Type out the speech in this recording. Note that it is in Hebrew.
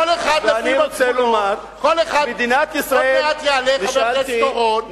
עוד מעט יעלה חבר הכנסת אורון,